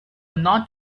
not